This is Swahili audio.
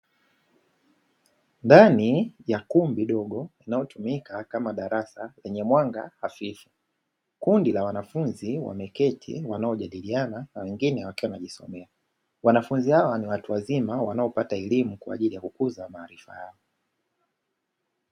Ndani ya kumbi dogo linalotumika kama darasa lenye mwanga hafifu. Kundi la wanafunzi wameketi wanaojadiliana na wengine wakiwa wanajisomea. Wanafunzi hawa ni watu wazima wanaopata elimu kwa ajili ya kukuza maarifa yao.